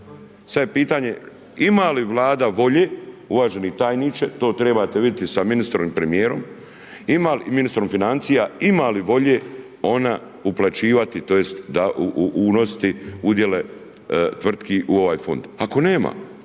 Sada je pitanje ima li Vlada volje uvaženi tajniče, to trebate vidjeti sa ministrom i premijerom i ministrom financija ima li volje ona uplaćivati tj. unositi udjele tvrtki u ovaj fond. Ako nema